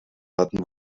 hatten